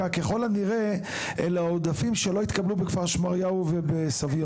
אלה ככל הנראה העודפים שלא התקבלו בכפר שמריהו ובסביון.